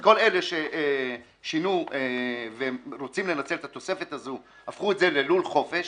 כל אלה ששינו ורוצים לנצל את התוספת הזו הפכו את זה ללול חופש